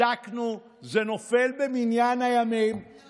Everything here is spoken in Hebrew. בדקנו, זה נופל במניין הימים, לא.